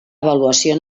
avaluació